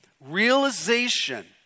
realization